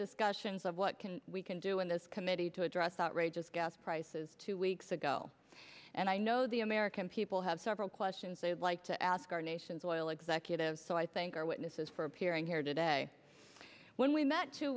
discussions of what can we can do in this committee to address outrageous gas prices two weeks ago and i know the american people have several questions they would like to ask our nation's oil executives so i think our witnesses for appearing here today when we met two